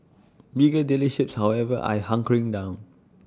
bigger dealerships however I hunkering down